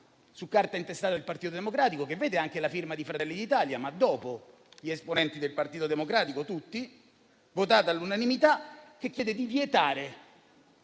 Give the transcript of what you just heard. su carta intestata del Partito Democratico, che vede anche la firma di Fratelli d'Italia (ma dopo gli esponenti del Partito Democratico, tutti). Ebbene, è stato votato all'unanimità e chiede di vietare